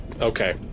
Okay